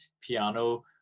piano